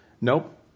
Nope